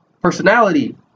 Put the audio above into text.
personality